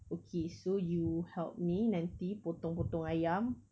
okay so you help me nanti potong-potong ayam